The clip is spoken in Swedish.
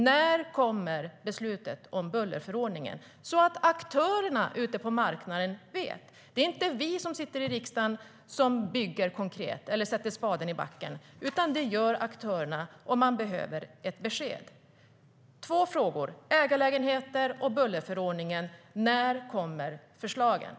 När kommer beslutet om bullerförordningen, så att aktörerna ute på marknaden vet? Det var två frågor om ägarlägenheter och bullerförordningen. När kommer förslagen?